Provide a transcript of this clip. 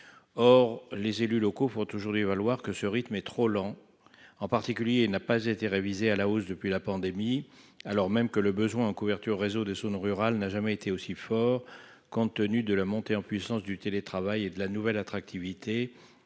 or les élus locaux font toujours lui valoir que ce rythme est trop lent en particulier n'a pas été révisés à la hausse depuis la pandémie, alors même que le besoin en couverture réseau des zones rurales n'a jamais été aussi fort, compte tenu de la montée en puissance du télétravail et de la nouvelle attractivité